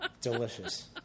Delicious